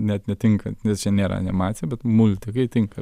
net netinka nes čia nėra animacija bet multikai tinka